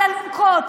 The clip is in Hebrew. על אלונקות,